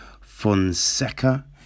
Fonseca